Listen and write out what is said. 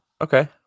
Okay